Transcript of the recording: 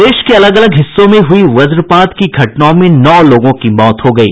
प्रदेश के अलग अलग हिस्सों में हुयी वज्रपात की घटनाओं में नौ लोगों की मौत हो गयी है